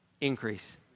Increase